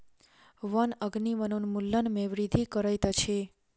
वन अग्नि वनोन्मूलन में वृद्धि करैत अछि